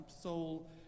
soul